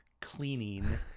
cleaning